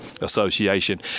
Association